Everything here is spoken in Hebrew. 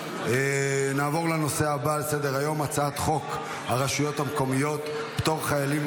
נעבור לנושא הבא על סדר-היום: הצעת חוק הרשויות המקומיות (פטור חיילים,